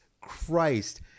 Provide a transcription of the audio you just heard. Christ